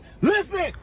Listen